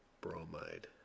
bromide